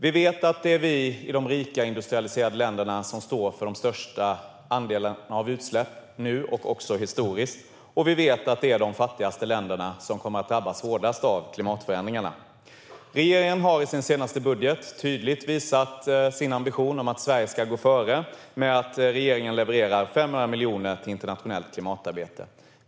Vi vet att det är vi i de rika industrialiserade länderna som står för den största andelen av utsläppen nu och också historiskt. Vi vet att det är de fattigaste länderna som kommer att drabbas hårdast av klimatförändringarna. Regeringen har i sin senaste budget tydligt visat sin ambition att Sverige ska gå före med att regeringen levererar 500 miljoner till internationellt klimatarbete.